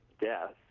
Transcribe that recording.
death